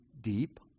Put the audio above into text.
deep